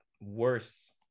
worse